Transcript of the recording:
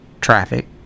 traffic